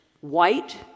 white